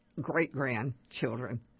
great-grandchildren